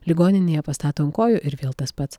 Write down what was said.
ligoninėje pastato ant kojų ir vėl tas pats